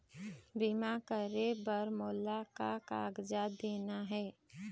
बीमा करे बर मोला का कागजात देना हे?